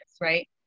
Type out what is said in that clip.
right